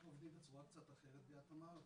יחד עם זאת, אנחנו עובדים בצורה קצת אחרת ביד תמר.